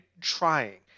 trying